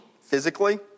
physically